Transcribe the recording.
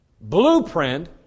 blueprint